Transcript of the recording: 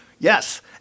yes